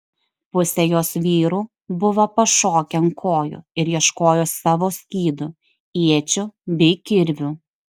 pusė jos vyrų buvo pašokę ant kojų ir ieškojo savo skydų iečių bei kirvių